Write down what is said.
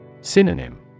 Synonym